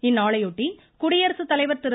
இந்நாளையொட்டி குடியரசுத்தலைவர் திரு